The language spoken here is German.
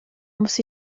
muss